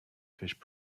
fish